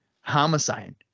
homicide